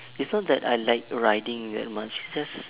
is not that I like riding that much is just